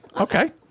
okay